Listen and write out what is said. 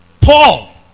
Paul